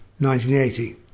1980